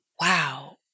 Wow